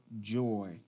joy